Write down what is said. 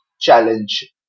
challenge